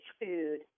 food